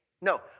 No